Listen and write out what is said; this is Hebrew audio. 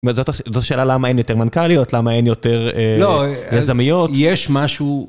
זאת שאלה למה אין יותר מנכאליות, למה אין יותר יזמיות. לא, יש משהו...